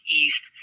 east